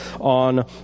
on